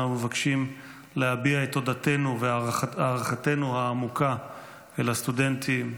אנחנו מבקשים להביע את תודתנו והערכתנו העמוקה לסטודנטים.